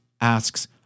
asks